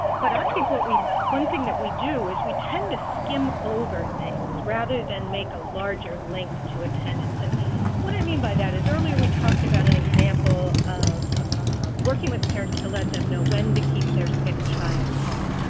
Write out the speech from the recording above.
but i think what we one thing that we do is we tend to skim over things rather than make a larger link to attendance. and what i mean by that is, earlier we talked about an example of working with parents to let them know when to keep their sick child home.